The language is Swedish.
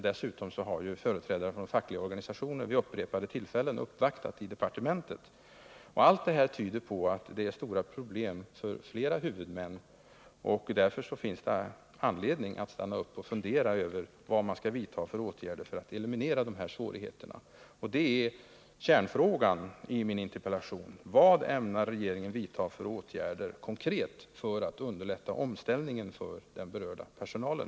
Dessutom har ju företrädare för fackliga organisationer vid upprepade tillfällen uppvaktat i departementet. Allt detta tyder på att det är stora problem för flera huvudmän. Därför finns det anledning att stanna upp och fundera över vad man skall vidta för åtgärder för att eliminera dessa svårigheter. Det är kärnfrågan i min interpellation: Vilka konkreta åtgärder ämnar statsrådet vidta för att underlätta omställningen för den berörda personalen?